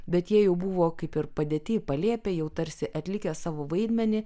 bet jie jau buvo kaip ir padėti į palėpę jau tarsi atlikę savo vaidmenį